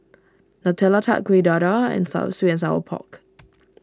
Nutella Tart Kueh Dadar and Sweet and Sour Pork